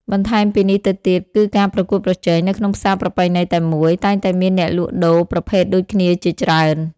បន្ថែមពីនេះទៅទៀតគឺការប្រកួតប្រជែង នៅក្នុងផ្សារប្រពៃណីតែមួយ តែងតែមានអ្នកលក់ដូរប្រភេទដូចគ្នាជាច្រើន។